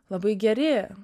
labai geri